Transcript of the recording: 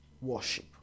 worship